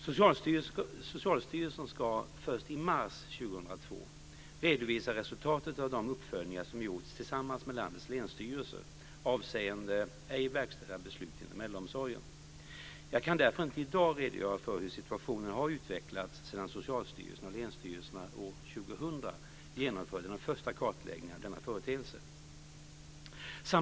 Socialstyrelsen ska först i mars 2002 redovisa resultatet av de uppföljningar som gjorts tillsammans med landets länsstyrelser avseende ej verkställda beslut inom äldreomsorgen. Jag kan därför inte i dag redogöra för hur situationen har utvecklats sedan Socialstyrelsen och länsstyrelserna år 2000 genomförde den första kartläggningen av denna företeelse.